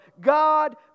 God